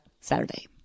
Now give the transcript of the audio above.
Saturday